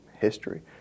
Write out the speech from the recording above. history